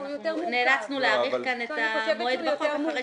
נאלצנו להאריך את המועד בחוק אחרי